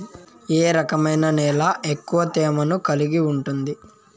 ఏ రకమైన నేల ఎక్కువ తేమను కలిగి ఉంటుంది?